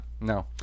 No